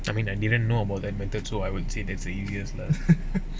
I mean I didn't know about the admitted to I wouldn't say that xavier lah